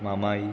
मामाआई